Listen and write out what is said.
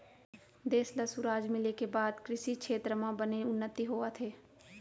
देस ल सुराज मिले के बाद कृसि छेत्र म बने उन्नति होवत हे